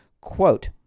Quote